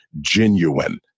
genuine